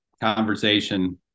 conversation